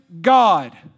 God